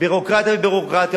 ביורוקרטיה וביורוקרטיה,